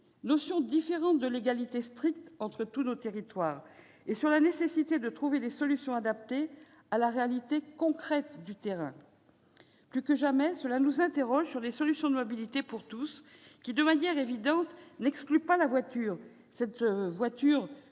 notion différente de l'égalité stricte, entre tous nos territoires et sur la nécessité de trouver des solutions adaptées à la réalité concrète du terrain. Plus que jamais, cette situation nous interroge quant aux solutions de mobilité pour tous, qui, de manière évidente, n'excluent pas la voiture, même si elle